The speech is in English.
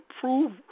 prove